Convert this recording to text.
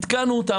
התקנו,